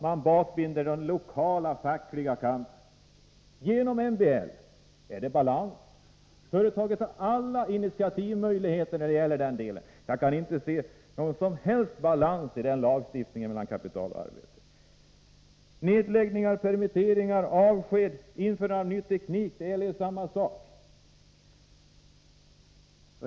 Man bakbinder den lokala fackliga kampen — genom MBL! Är det balans? Företaget har alla initiativmöjligheter i den delen. Jag kan inte se någon som helst balans i den lagstiftningen mellan kapital och arbete. Och beträffande nedläggningar, permitteringar, avsked och införande av ny teknik gäller samma sak.